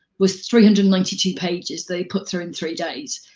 was three hundred and ninety two pages they put through in three days.